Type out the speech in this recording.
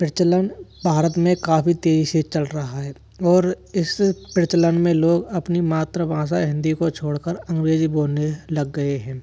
प्रचलन भारत में काफ़ी तेजी से चल रहा है और इस प्रचलन में लोग अपनी मातृभाषा हिन्दी को छोड़कर अंग्रेजी बोलने लग गए हैं